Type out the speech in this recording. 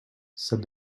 said